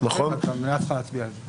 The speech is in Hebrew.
נכון, המליאה צריכה להצביע על זה.